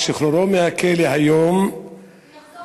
-- שחרורו מהכלא היום -- הוא יחזור